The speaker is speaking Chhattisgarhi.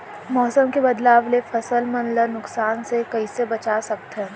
मौसम के बदलाव ले फसल मन ला नुकसान से कइसे बचा सकथन?